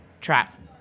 trap